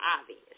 obvious